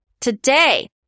Today